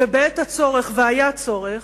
ובעת הצורך, והיה צורך,